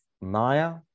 Maya